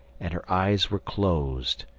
and her eyes were closed.